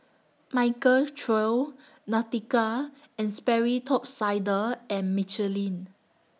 Michael Trio Nautica and Sperry Top Sider and Michelin